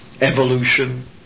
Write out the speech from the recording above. evolution